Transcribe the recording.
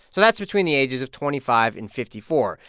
so that's between the ages of twenty five and fifty four.